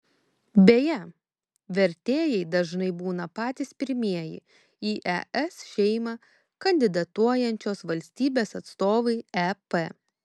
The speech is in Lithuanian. beje vertėjai dažnai būna patys pirmieji į es šeimą kandidatuojančios valstybės atstovai ep